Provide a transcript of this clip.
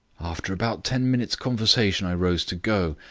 after about ten minutes' conversation i rose to go,